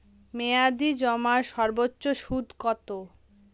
মেয়াদি জমার সর্বোচ্চ সুদ কতো?